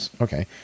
Okay